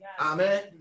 Amen